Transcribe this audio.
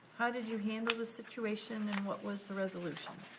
how did you handle the situation and what was the resolution?